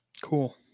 Cool